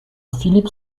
philippe